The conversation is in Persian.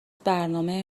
برنامه